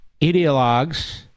Ideologues